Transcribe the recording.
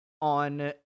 on